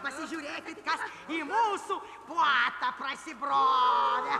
pasižiūrėkit kas į mūsų puotą prasibrovė